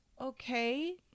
Okay